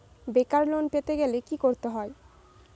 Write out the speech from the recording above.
বেকার লোন পেতে গেলে কি করতে হবে?